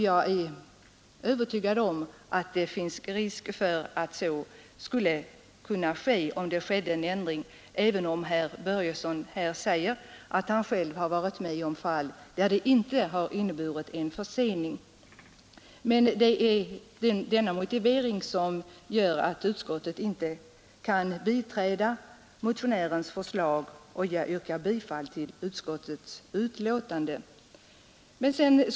Jag är övertygad om att det finns risk för att så skulle kunna ske, även om herr Börjesson här säger att han själv har varit med om fall där ett sådant förfarande inte har inneburit någon försening. Utskottet kan inte biträda motionärens förslag, och jag yrkar bifall till utskottets hemställan.